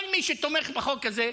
כל מי שתומך בחוק הזה,